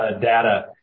data